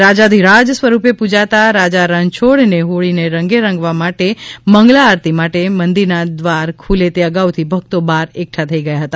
રાજાધિરાજ સ્વરૂપે પૂજાતા રાજા રણછોડને હોળીને રંગે રંગવા માટે મંગલા આરતી માટે મંદિરના દ્વાર ખૂલે તે અગાઉથી ભક્તો બહાર એકઠા થઈ ગયા હતા